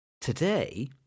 today